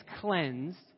cleansed